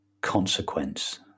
consequence